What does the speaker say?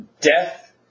death